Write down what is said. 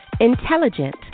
Intelligent